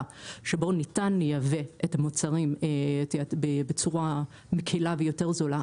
שבו ניתן לייבא את המוצרים בצורה מקלה ויותר זולה,